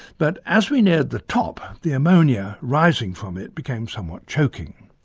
but as we neared the top the ammonia rising from it became somewhat choking.